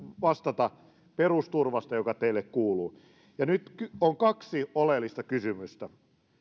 vastata perusturvasta joka teille kuuluu nyt on kaksi oleellista kysymystä